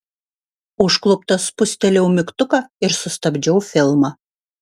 užkluptas spustelėjau mygtuką ir sustabdžiau filmą